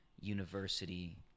university